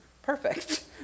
Perfect